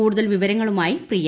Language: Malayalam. കൂടുതൽ വിവരങ്ങളുമായി പ്രിയ